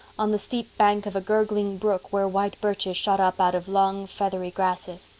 on the steep bank of a gurgling brook where white birches shot up out of long feathery grasses.